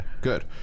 good